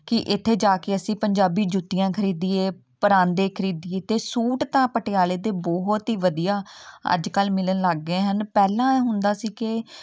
ਕਿ ਇੱਥੇ ਜਾ ਕੇ ਅਸੀਂ ਪੰਜਾਬੀ ਜੁੱਤੀਆਂ ਖਰੀਦੀਏ ਪਰਾਂਦੇ ਖਰੀਦੀਏ ਅਤੇ ਸੂਟ ਤਾਂ ਪਟਿਆਲੇ ਦੇ ਬਹੁਤ ਹੀ ਵਧੀਆ ਅੱਜ ਕੱਲ੍ਹ ਮਿਲਣ ਲੱਗ ਗਏ ਹਨ ਪਹਿਲਾਂ ਇਹ ਹੁੰਦਾ ਸੀ ਕਿ